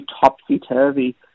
topsy-turvy